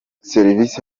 serivisi